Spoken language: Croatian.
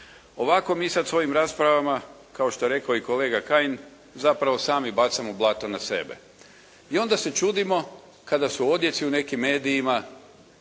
Ovako mi sad svojim raspravama kao što je rekao i kolega Kajin zapravo sami bacamo blato na sebe. I onda se čudimo kada su odjeci u nekim medijima